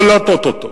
לא להטעות אותו.